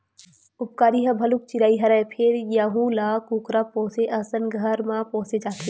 उपकारी ह भलुक चिरई हरय फेर यहूं ल कुकरा पोसे असन घर म पोसे जाथे